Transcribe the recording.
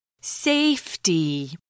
Safety